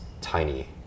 tiny